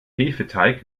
hefeteig